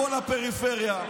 תבוא לפריפריה,